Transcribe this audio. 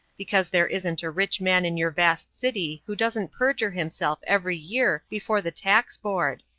because there isn't a rich man in your vast city who doesn't perjure himself every year before the tax board.